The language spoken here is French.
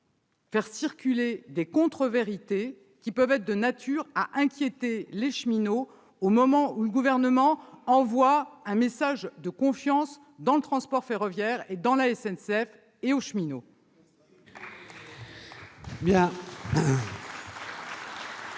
faire circuler des contre-vérités de nature à inquiéter les cheminots au moment où le Gouvernement envoie un message de confiance dans le transport ferroviaire, dans la SNCF et aux cheminots